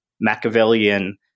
Machiavellian